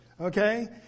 okay